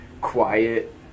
quiet